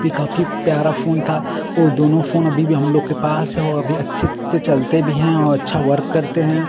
उ भी काफी प्यारा फोन था ओ दोनों फोन अब भी हम लोग के पास ही है वो भी अच्छे से चलते भी हैं और अच्छा वर्क करते है